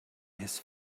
his